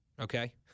okay